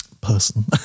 person